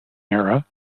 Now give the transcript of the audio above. era